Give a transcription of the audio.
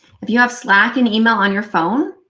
if you have slack and email on your phone,